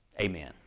Amen